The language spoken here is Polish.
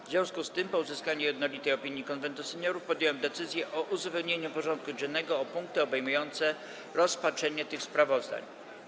W związku z tym, po uzyskaniu jednolitej opinii Konwentu Seniorów, podjąłem decyzję o uzupełnieniu porządku dziennego o punkty obejmujące rozpatrzenie tych sprawozdań.